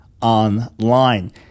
online